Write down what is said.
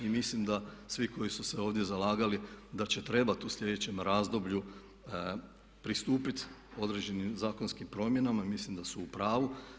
I mislim da svi koji su se ovdje zalagali da će trebati u sljedećem razdoblju pristupiti određenim zakonskim promjenama mislim da su u pravu.